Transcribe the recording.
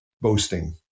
boasting